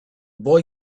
boy